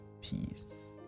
peace